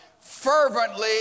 fervently